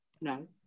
No